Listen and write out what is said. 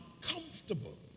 comfortable